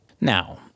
Now